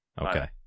okay